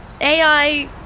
AI